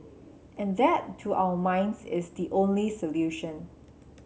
and that to our minds is the only solution